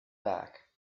back